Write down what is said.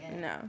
No